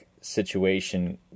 situation